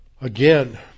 Again